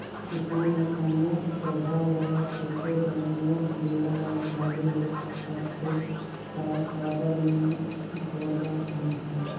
किसान ल कोनोच जगहा ल छेके बर मोट गेड़ा ल गाड़े ले परथे ता साबर मे ढोड़गा खनथे